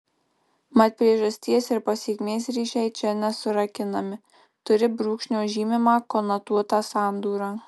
mat priežasties ir pasekmės ryšiai čia nesurakinami turi brūkšnio žymimą konotuotą sandūrą